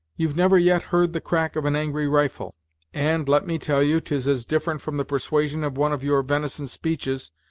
you've never yet heard the crack of an angry rifle and, let me tell you, tis as different from the persuasion of one of your venison speeches,